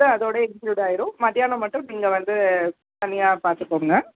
இதுவும் அதோட இன்க்ளூட் ஆயிரும் மதியானம் மட்டும் நீங்கள் வந்து தனியாக பார்த்துக்கோங்க